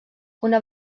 una